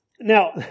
Now